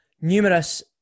numerous